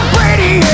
Brady